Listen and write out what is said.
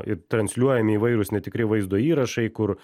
ir transliuojami įvairūs netikri vaizdo įrašai kur